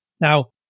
Now